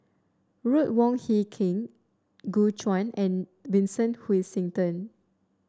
Ruth Wong Hie King Gu Juan and Vincent Hoisington